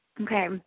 Okay